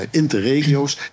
interregio's